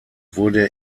wurden